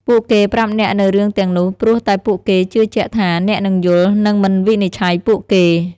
ពួកគេប្រាប់អ្នកនូវរឿងទាំងនោះព្រោះតែពួកគេជឿជាក់ថា អ្នកនឹងយល់ និងមិនវិនិច្ឆ័យពួកគេ។